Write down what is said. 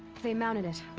they mounted it.